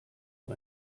nur